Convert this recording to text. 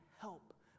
help